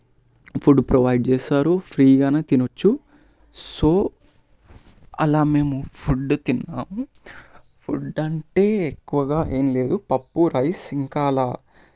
food provide చేస్తారు ఫ్రీగా తినచ్చు సో అలా మేము ఫుడ్డు తిన్నాము ఫుడ్ అంటే ఎక్కువగా ఏమి లేదు పప్పు రైస్ ఇంకా అలా